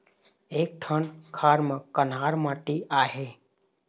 एक ठन खार म कन्हार माटी आहे?